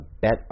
Bet